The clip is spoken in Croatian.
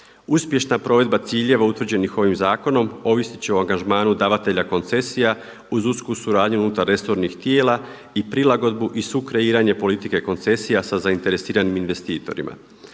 Uspješna provedba ciljeva utvrđenih ovim zakonom ovisit će o angažmanu davatelja koncesija uz usku suradnju unutar resornih tijela i prilagodbu i sukreiranje politike koncesija sa zainteresiranim investitorima.